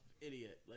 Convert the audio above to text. idiot